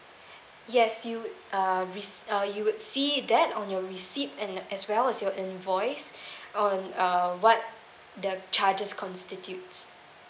yes you uh re~ uh you would see that on your receipt and as well as your invoice on uh what the charges constitute